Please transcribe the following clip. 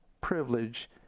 privilege